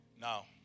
Now